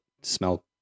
smell